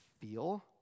feel